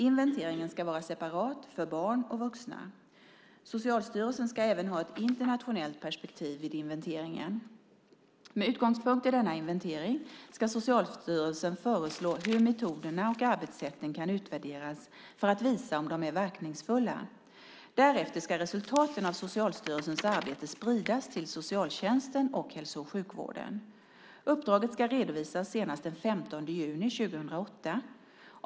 Inventeringen ska vara separat för barn och vuxna. Socialstyrelsen ska även ha ett internationellt perspektiv vid inventeringen. Med utgångspunkt i denna inventering ska Socialstyrelsen föreslå hur metoderna och arbetssätten kan utvärderas för att visa om de är verkningsfulla. Därefter ska resultaten av Socialstyrelsens arbete spridas till socialtjänsten och hälso och sjukvården. Uppdraget ska redovisas senast den 15 juni 2008.